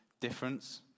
Difference